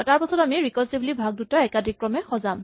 তাৰপাছত আমি ৰিকাৰছিভলী ভাগ দুটা একাদিক্ৰমে সজাম